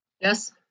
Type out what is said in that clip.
Yes